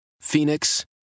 Phoenix